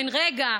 בן רגע,